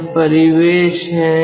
यह परिवेश है